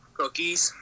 Cookies